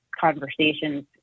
conversations